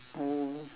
oh